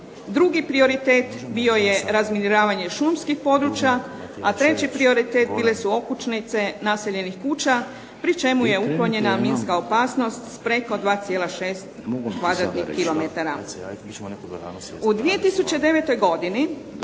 Drugi prioritet bio je razminiravanje šumskih područja, a treći prioritet bile su okućnice naseljenih kuća pri čemu je uklonjena minska opasnost preko 2,6 km2. U 2009. godini